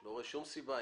לא רואה שום סיבה לעכב.